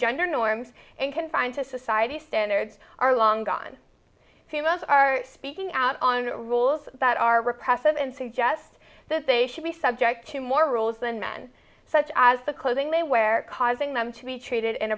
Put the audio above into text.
gender norms and confined to society's standards are long gone females are speaking out on rules that are repressive and suggest that they should be subject to more rules than men such as the clothing they wear causing them to be treated